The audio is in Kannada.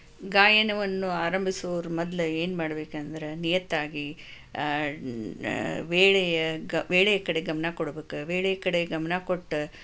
ಗಾಯನವನ್ನು ಆರಂಭಿಸುವವರು ಮೊದಲು ಏನು ಮಾಡಬೇಕೆಂದರೆ ನಿಯತ್ತಾಗಿ ವೇಳೆಯ ಗ ವೇಳೆಯ ಕಡೆ ಗಮನ ಕೊಡಬೇಕು ವೇಳೆಯ ಕಡೆ ಗಮನ ಕೊಟ್ಟು